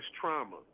trauma